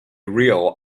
real